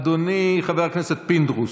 אדוני חבר הכנסת פינדרוס,